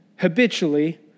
habitually